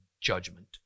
judgment